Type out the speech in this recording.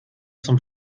zum